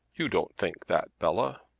you don't think that, bella?